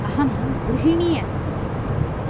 अहं गृहिणी अस्मि